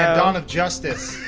and dawn of justice.